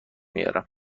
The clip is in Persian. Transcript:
میارم